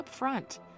upfront